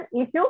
issue